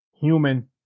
human